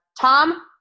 Tom